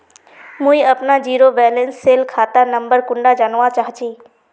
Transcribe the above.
मुई अपना zero balance सेल खाता नंबर कुंडा जानवा चाहची?